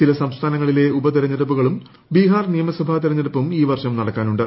ചില സംസ്ഥാനങ്ങളിലെ ഉപതെരഞ്ഞെടുപ്പുകളും ബീഹാർ നിയമസഭ തെർപ്പെട്ടുപ്പും ഈ വർഷം നടക്കാനുണ്ട്